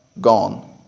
gone